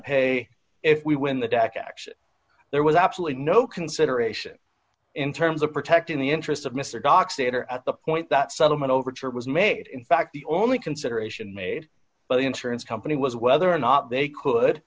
pay if we win the dac action there was absolutely no consideration in terms of protecting the interests of mr cox that are at the point that settlement overture was made in fact the only consideration made by the insurance company was whether or not they could